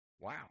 Wow